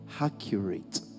accurate